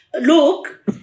Look